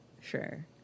Sure